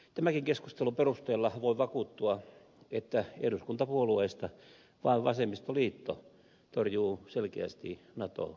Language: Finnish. tämänkin keskustelun perusteella voi vakuuttua että eduskuntapuolueista vain vasemmistoliitto torjuu selkeästi nato jäsenyyden